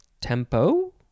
tempo